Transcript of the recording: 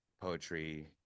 poetry